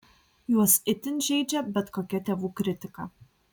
juos itin žeidžia bet kokia tėvų kritika